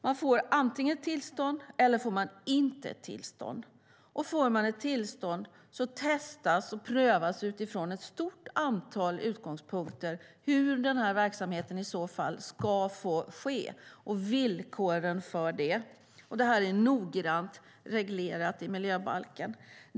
Man får antingen tillstånd eller inte tillstånd. Får man ett tillstånd testas och prövas det utifrån ett stort antal utgångspunkter hur verksamheten i så fall får ske och vilka villkor som ska gälla. Det är noggrant reglerat i miljöbalken.